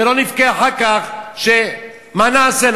ושלא נבכה אחר כך שמה נעשה,